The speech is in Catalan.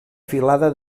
filada